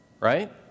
right